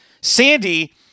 Sandy